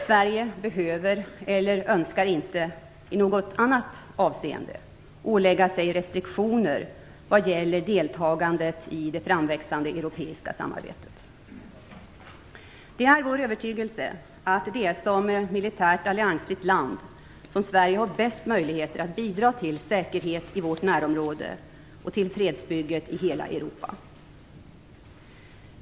Sverige behöver eller önskar inte i något annat avseende ålägga sig restriktioner vad gäller deltagandet i det framväxande europeiska samarbetet. Det är vår övertygelse att det är som militärt alliansfritt land som Sverige har bäst möjligheter att bidra till säkerhet i vårt närområde och till fredsbygget i hela Europa.